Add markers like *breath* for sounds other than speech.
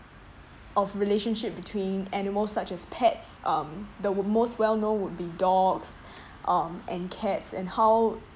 of relationship between animals such as pets um the w~ most well known would be dogs *breath* um and cats and how